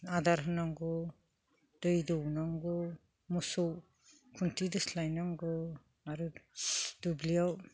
आदार होनांगौ दै दौनांगौ मोसौ खुन्थि दोस्लायनांगौ आरो दुब्लियाव